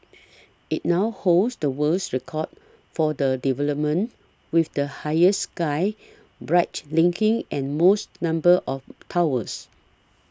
it now holds the world's record for the development with the highest sky bridge linking the most number of towers